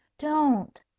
don't!